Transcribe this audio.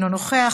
אינו נוכח,